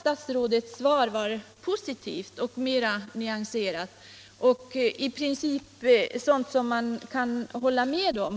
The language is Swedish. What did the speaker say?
Statsrådets svar var positivt och nyanserat och innehöll i princip sådant som man kan hålla med om.